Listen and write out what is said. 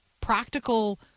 practical